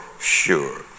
sure